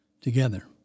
Together